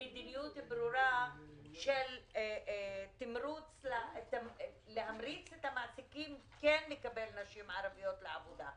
מדיניות ברורה של תמרוץ המעסיקים לקבל נשים ערביות לעבודה?